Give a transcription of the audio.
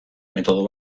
metodo